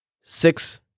Six